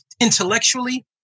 intellectually